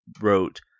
wrote